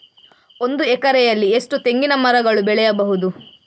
ಒಂದು ಎಕರೆಯಲ್ಲಿ ಎಷ್ಟು ತೆಂಗಿನಮರಗಳು ಬೆಳೆಯಬಹುದು?